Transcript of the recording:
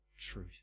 truth